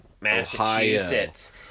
Massachusetts